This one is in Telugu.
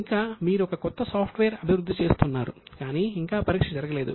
ఇంకా మీరు ఒక కొత్త సాఫ్ట్వేర్ అభివృద్ధి చేస్తున్నారు కానీ ఇంకా పరీక్ష జరగలేదు